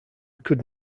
could